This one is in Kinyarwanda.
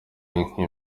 inka